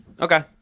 Okay